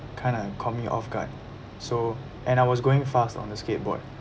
kind of caught me off guard so and I was going fast on a skateboard